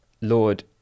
Lord